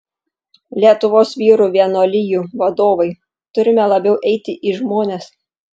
lietuvos vyrų vienuolijų vadovai turime labiau eiti į žmones